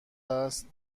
است